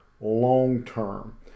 long-term